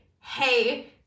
hey